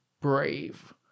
brave